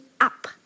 up